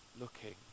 looking